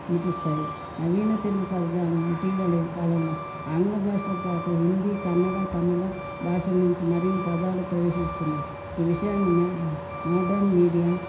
వినిపిస్తాయి నవీన తెలుగు పదజాలం ఇటీవల కాలంలో ఆంగ్ల భాషల పాటు హిందీ కన్నడ తమిళ భాషల నుంచి మరిన్ని పదాలు ప్రవేశిస్తున్నాయి ఈ విషయాన్ని మ మోడ్రన్ మీడియా